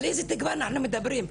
על איזו תקווה אנחנו מדברים?